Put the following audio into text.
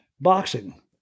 boxing